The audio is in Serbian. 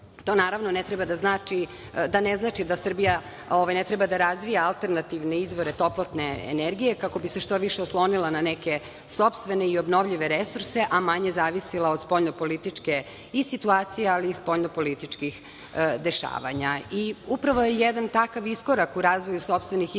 da Srbija ne treba da razvija alternativne izvore toplotne energije kako bi se što više oslonila na neke sopstvene i obnovljive resurse, a manje zavisila od spoljnopolitičke i situacije, ali i spoljno političkih dešavanja. Upravo je jedan takav iskorak u razvoju sopstvenih izvora